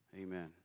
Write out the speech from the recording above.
Amen